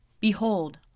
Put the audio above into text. Behold